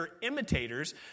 imitators